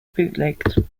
bootlegged